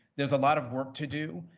there's a lot of work to do.